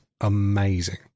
amazing